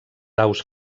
aus